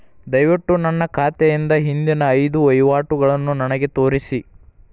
ದಯವಿಟ್ಟು ನನ್ನ ಖಾತೆಯಿಂದ ಹಿಂದಿನ ಐದು ವಹಿವಾಟುಗಳನ್ನು ನನಗೆ ತೋರಿಸಿ